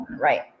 right